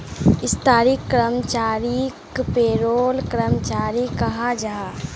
स्थाई कर्मचारीक पेरोल कर्मचारी कहाल जाहा